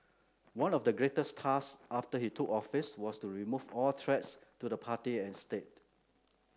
one of the greatest task after he took office was to remove all threats to the party and state